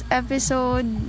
episode